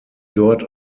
dort